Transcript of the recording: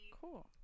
Cool